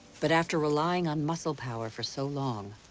but after relying on muscle-power for so long,